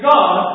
God